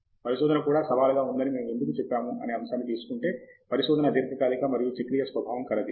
దేశ్పాండే పరిశోధన కూడా సవాలుగా ఉందని మేము ఎందుకు చెప్పాము అనే అంశాన్ని తీసుకుంటే పరిశోధన దీర్ఘకాలిక మరియు చక్రీయ స్వభావం కలది